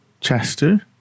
Chester